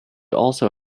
also